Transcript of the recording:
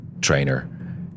trainer